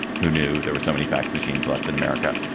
who knew there were so many fax machines left in america?